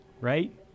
right